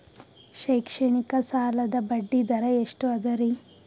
ಶೈಕ್ಷಣಿಕ ಸಾಲದ ಬಡ್ಡಿ ದರ ಎಷ್ಟು ಅದರಿ?